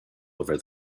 over